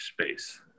space